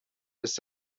ist